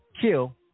kill